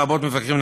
לרבות מפקחים,